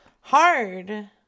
hard